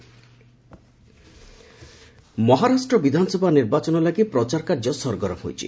ମହା ପୋଲ୍ସ ମହାରାଷ୍ଟ୍ର ବିଧାନସଭା ନିର୍ବାଚନ ଲାଗି ପ୍ରଚାର କାର୍ଯ୍ୟ ସରଗରମ ହୋଇଛି